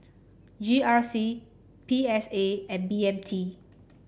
G R C P S A and B M T